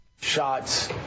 Shots